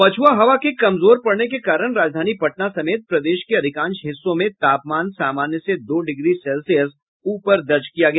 पछुआ हवा के कमजोर पड़ने के कारण राजधानी पटना समेत प्रदेश के अधिकांश हिस्सों में तापमान सामान्य से दो डिग्री सेल्सियस ऊपर दर्ज किया गया